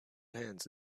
hands